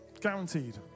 Guaranteed